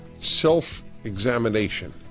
self-examination